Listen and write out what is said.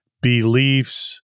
beliefs